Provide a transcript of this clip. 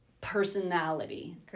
personality